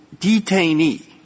detainee